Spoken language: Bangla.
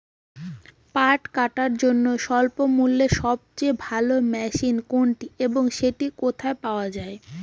পাট কাটার জন্য স্বল্পমূল্যে সবচেয়ে ভালো মেশিন কোনটি এবং সেটি কোথায় পাওয়া য়ায়?